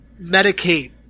medicate